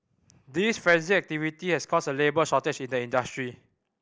this frenetic activity has created a labour shortage in the industry